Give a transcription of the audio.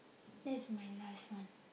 that's my last one